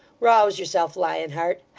rouse yourself, lion-heart.